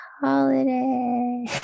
holiday